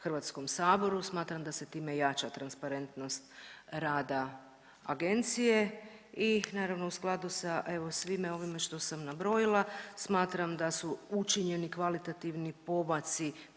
Hrvatskom saboru. Smatram da se time jača transparentnost rada agencije i naravno u skladu sa evo svime ovime što sam nabrojila smatram da su učinjeni kvalitativni pomaci